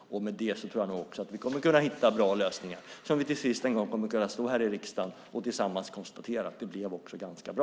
Med det tror jag också att vi kommer att kunna hitta bra lösningar så att vi en gång kommer att kunna stå här i riksdagen och tillsammans konstatera att det blev ganska bra.